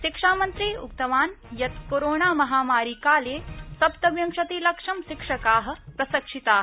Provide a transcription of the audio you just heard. शिक्षामन्त्री उक्तवान् यत् कोरोणामहामारीकाले सप्तविंशतिः लक्षं शिक्षकाः प्रशिक्षिताः